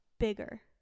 Bigger